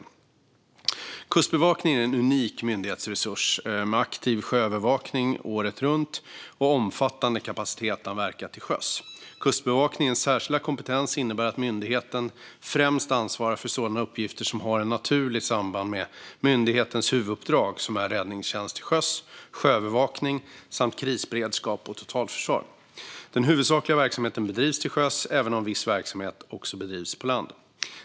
Kustbevakningen är en unik myndighetsresurs med aktiv sjöövervakning året runt och omfattande kapacitet att verka till sjöss. Kustbevakningens särskilda kompetens innebär att myndigheten främst ansvarar för sådana uppgifter som har ett naturligt samband med myndighetens huvuduppdrag som är räddningstjänst till sjöss, sjöövervakning samt krisberedskap och totalförsvar. Den huvudsakliga verksamheten bedrivs till sjöss, även om viss verksamhet också bedrivs på land.